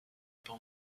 pas